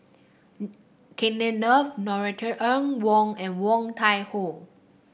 Kenneth Kee Norothy Ng Woon and Woon Tai Ho